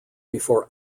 before